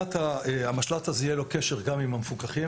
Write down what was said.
למשל"ט יהיה קשר גם עם המפוקחים